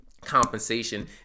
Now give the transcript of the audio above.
compensation